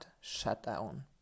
shutdown